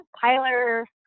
Tyler